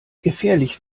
gefährlich